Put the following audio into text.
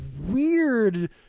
weird